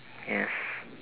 yes